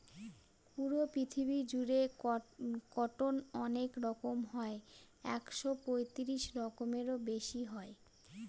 পুরো পৃথিবী জুড়ে কটন অনেক রকম হয় একশো পঁয়ত্রিশ রকমেরও বেশি হয়